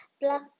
black